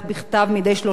מדי שלושה חודשים,